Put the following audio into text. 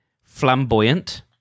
flamboyant